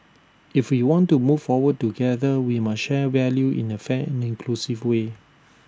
if we want to move forward together we must share value in A fair and inclusive way